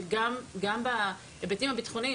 שגם בהיבטים הביטחוניים,